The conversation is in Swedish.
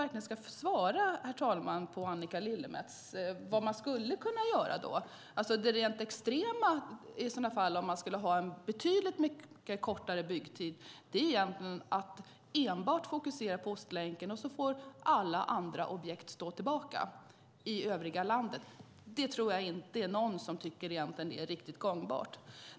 Jag ska svara på Annika Lillemets fråga om vad man skulle kunna göra för att tidigarelägga öppnandet. Det rent extrema sättet att få en betydligt kortare byggtid är att enbart fokusera på Ostlänken. Då får alla andra objekt i övriga landet stå tillbaka. Det tror jag inte att någon egentligen tycker är riktigt gångbart.